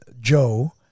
Joe